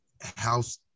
house